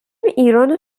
ایرانو